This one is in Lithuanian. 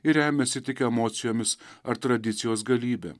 ir remiasi tik emocijomis ar tradicijos galybe